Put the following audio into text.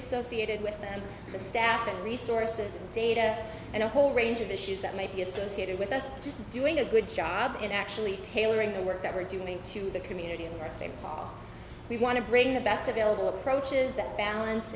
associated with them the staff and resources data and a whole range of issues that may be associated with us just doing a good job in actually tailoring the work that we're doing to the community and our state law we want to bring the best available approaches that balance